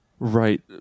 Right